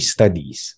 Studies